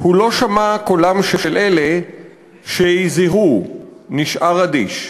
הוא לא שמע קולם של אלה / שהזהירוהו הוא נשאר אדיש.